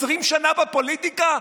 20 שנה בפוליטיקה,